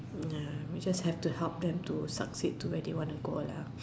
ya we just have to help them to succeed to where they want to go lah